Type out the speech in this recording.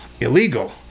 Illegal